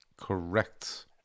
Correct